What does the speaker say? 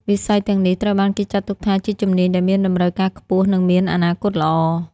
វិស័យទាំងនេះត្រូវបានគេចាត់ទុកថាជាជំនាញដែលមានតម្រូវការខ្ពស់និងមានអនាគតល្អ។